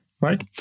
right